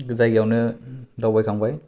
जायगायावनो दावबायखांबाय